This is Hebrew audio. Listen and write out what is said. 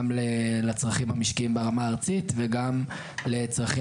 גם לצרכים המשקיים ברמה הארצית וגם לצרכים